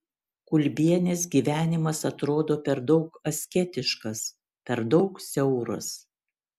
kulbienės gyvenimas atrodo per daug asketiškas per daug siauras